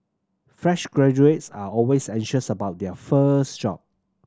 fresh graduates are always anxious about their first job